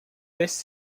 this